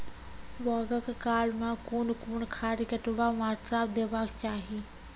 बौगक काल मे कून कून खाद केतबा मात्राम देबाक चाही?